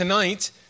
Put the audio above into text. Tonight